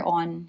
on